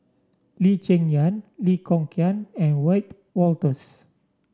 Lee Cheng Yan Lee Kong Chian and Wiebe Wolters